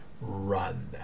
run